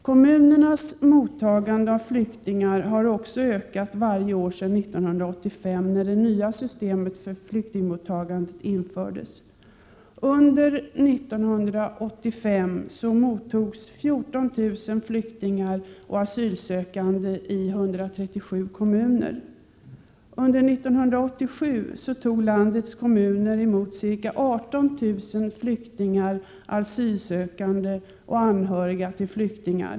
Kommunernas mottagande av flyktingar har också ökat varje år sedan 1985 när det nya systemet för flyktingmottagandet infördes. Under 1985 mottogs 14 000 flyktingar och asylsökande i 137 kommuner. Under 1987 tog landets kommuner emot ca 18 000 flyktingar, asylsökande och anhöriga till flyktingar.